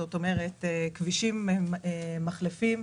שזה כבישים ומחלפים,